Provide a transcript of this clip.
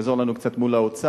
שיעזור לנו קצת מול האוצר.